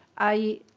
i